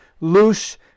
loose